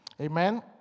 Amen